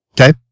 Okay